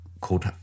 called